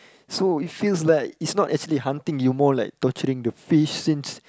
so it feels like it's not actually hunting you more like torturing the fish since